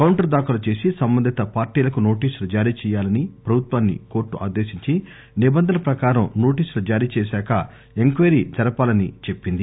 counter దాఖలు చేసి సంబంధిత పార్టీలకు నోటీసులు జారీ చేయాలని ప్రభుత్వాన్ని కోర్టు ఆదేశించి నిబంధనల ప్రకారం నోటీసులు జారీ చేశాక ఎంక్వయిరీ జరపాలని చెప్పింది